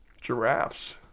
Giraffes